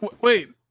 wait